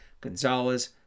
gonzalez